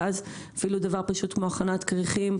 ואז אפילו דבר פשוט כמו הכנת כריכים,